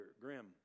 grim